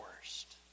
worst